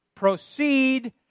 Proceed